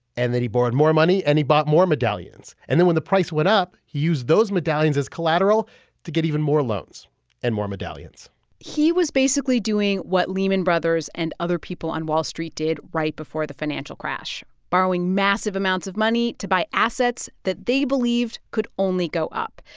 and then, he borrowed more money, and he bought more medallions. and then when the price went up, he used those medallions as collateral to get even more loans and more medallions he was basically doing what lehman brothers and other people on wall street did right before the financial crash, borrowing massive amounts of money to buy assets that they believed could only go up.